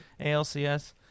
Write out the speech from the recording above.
ALCS